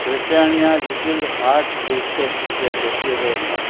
Britannia little hearts ബിസ്ക്കറ്റിന്റെ ലഭ്യത എന്താണ്